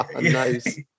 Nice